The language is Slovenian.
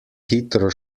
hitro